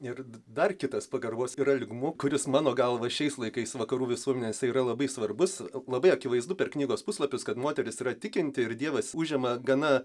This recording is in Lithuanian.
ir dar kitas pagarbos yra lygmuo kuris mano galva šiais laikais vakarų visuomenėse yra labai svarbus labai akivaizdu per knygos puslapius kad moteris yra tikinti ir dievas užima gana